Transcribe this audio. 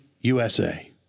USA